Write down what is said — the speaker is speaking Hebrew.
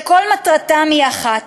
שכל מטרתם היא אחת: